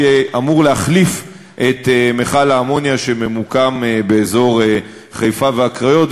שאמור להחליף את מכל האמוניה שממוקם באזור חיפה והקריות.